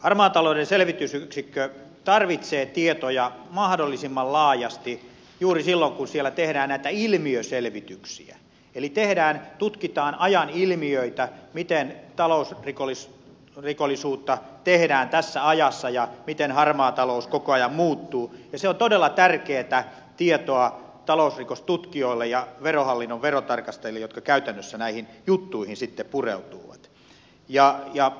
harmaan talouden selvitysyksikkö tarvitsee tietoja mahdollisimman laajasti juuri silloin kun siellä tehdään näitä ilmiöselvityksiä eli tutkitaan ajan ilmiöitä miten talousrikollisuutta tehdään tässä ajassa ja miten harmaa talous koko ajan muuttuu ja se on todella tärkeätä tietoa talousrikostutkijoille ja verohallinnon verotarkastajille jotka käytännössä näihin juttuihin sitten pureutuvat